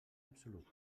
absolut